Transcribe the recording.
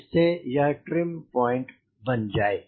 जिससे यह trim point बन जाए